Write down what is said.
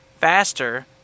faster